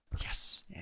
yes